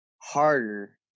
harder